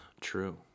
True